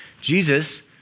Jesus